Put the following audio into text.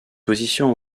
position